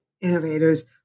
innovators